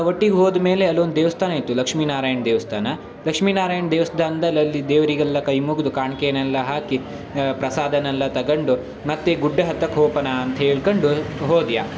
ಒಟ್ಟಿಗೆ ಹೋದ ಮೇಲೆ ಅಲ್ಲೊಂದು ದೇವಸ್ಥಾನ ಇತ್ತು ಲಕ್ಷ್ಮೀನಾರಾಯಣ ದೇವಸ್ಥಾನ ಲಕ್ಷ್ಮೀನಾರಾಯಣ ದೇವ್ಸ್ಥಾನ್ದಲ್ಲಿ ಅಲ್ಲಿ ದೇವರಿಗೆಲ್ಲ ಕೈ ಮುಗಿದು ಕಾಣ್ಕೆಯೆಲ್ಲ ಹಾಕಿ ಪ್ರಸಾದನೆಲ್ಲ ತಗೊಂಡು ಮತ್ತೆ ಗುಡ್ಡ ಹತ್ತಕ್ಕೆ ಹೋಪನ ಅಂತ ಹೇಳ್ಕೊಂಡು ಹೋದ್ಯ